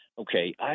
Okay